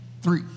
three